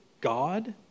God